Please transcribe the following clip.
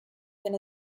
been